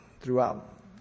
throughout